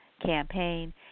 Campaign